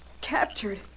Captured